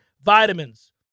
Vitamins